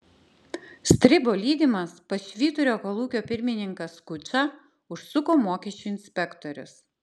stribo lydimas pas švyturio kolūkio pirmininką skučą užsuko mokesčių inspektorius